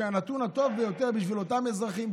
שהנתון הטוב ביותר בשביל אותם אזרחים,